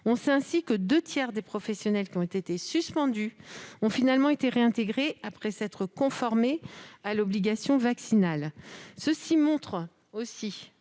On sait ainsi que deux tiers des professionnels suspendus ont finalement été réintégrés après s'être conformés à l'obligation vaccinale. Cela montre aussi